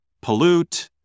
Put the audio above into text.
Pollute